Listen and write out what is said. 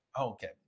Okay